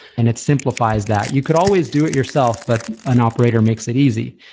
and it simplifies that. you could always do it yourself, but an operator makes it easy.